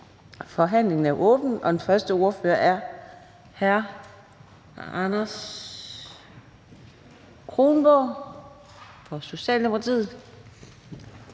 Forhandlingen er åbnet, og den første ordfører er hr. Anders Kronborg fra Socialdemokratiet.